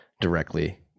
directly